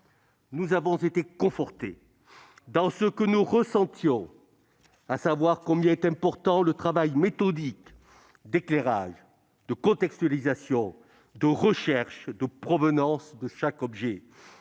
nous avons été confortés dans ce que nous ressentions, à savoir combien est important le travail méthodique d'éclairage, de contextualisation, de recherche de provenance de chaque objet